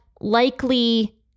likely